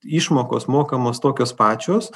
išmokos mokamos tokios pačios